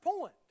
point